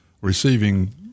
receiving